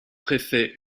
préfet